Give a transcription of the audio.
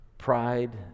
Pride